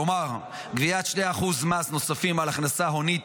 כלומר גביית 2% מס נוספים על הכנסה הונית